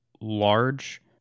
large